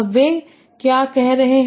अब वे क्या कह रहे हैं